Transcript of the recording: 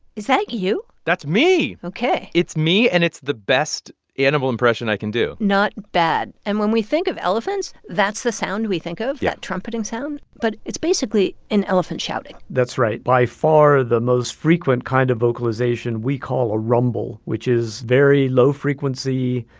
is that you? that's me ok it's me, and it's the best animal impression i can do not bad. and when we think of elephants, that's the sound we think of. yeah. that trumpeting sound. but it's basically an elephant shouting that's right. by far the most frequent kind of vocalization we call a rumble, which is very low-frequency